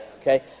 okay